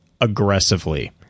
aggressively